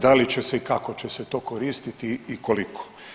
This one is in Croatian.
Da li će se i kako će se to koristiti i koliko?